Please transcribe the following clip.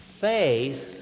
faith